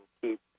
keep